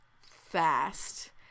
fast